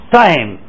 time